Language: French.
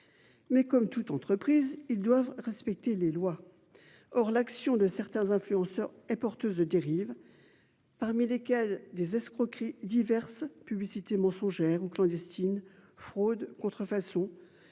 Mais comme toute entreprise, ils doivent respecter les lois. Or l'action de certains influenceurs est porteuse de dérives. Parmi lesquels des escroqueries diverses publicités mensongères ou clandestine, fraude, contrefaçon